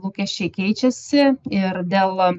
lūkesčiai keičiasi ir dėl